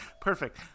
Perfect